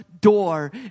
door